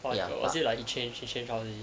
was was it like he changed he changed house already